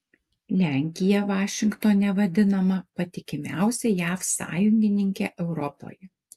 lenkija vašingtone vadinama patikimiausia jav sąjungininke europoje